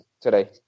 today